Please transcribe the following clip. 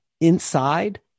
inside